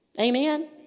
Amen